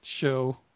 show